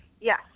Yes